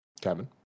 Kevin